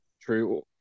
true